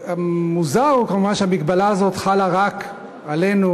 מוזר כמובן שההגבלה הזאת חלה רק עלינו